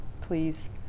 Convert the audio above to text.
Please